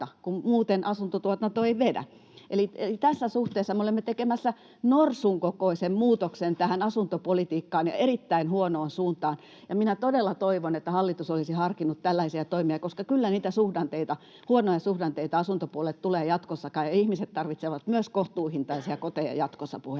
muuten asuntotuotanto ei vedä. Eli tässä suhteessa me olemme tekemässä norsun kokoisen muutoksen tähän asuntopolitiikkaan ja erittäin huonoon suuntaan. Ja minä todella toivon, että hallitus olisi harkinnut tällaisia toimia, koska kyllä niitä huonoja suhdanteita asuntopuolelle tulee jatkossakin ja ihmiset tarvitsevat kohtuuhintaisia koteja myös jatkossa, puhemies.